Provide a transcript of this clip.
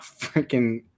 freaking